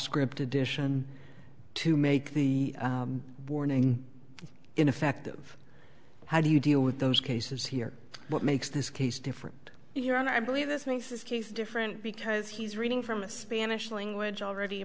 script addition to make the warning in effect of how do you deal with those cases here what makes this case different if you're on i believe this makes this case different because he's reading from a spanish language already